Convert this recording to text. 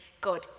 God